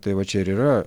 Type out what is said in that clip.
tai va čia ir yra